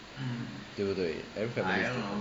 对不对 every family is different